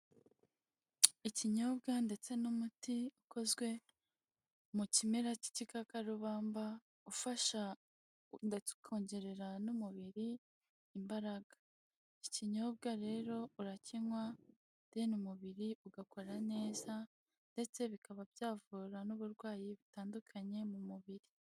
Ikinyobwa ndetse n'umuti ukozwe mu kimera cy'igikakarubamba ufasha ndetse ukongerera n'umubiri imbaraga. Ikinyobwa rero urakinywa, deni umubiri ugakora neza, ndetse bikaba byavura n'uburwayi butandukanye mu mubiri.